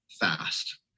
fast